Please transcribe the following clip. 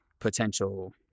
potential